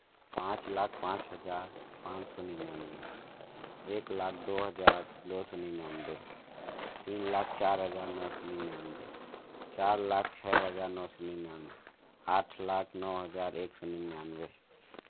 पाँच लाख पाँच हजार पाँच सौ निन्यानवे एक लाख दो हजार दो सौ निन्यानवे तीन लाख चार हजार नौ सौ निन्यानवे चार लाख छः हजार नौ सौ निन्यानवे आठ लाख नौ हजार एक सौ निन्यानवे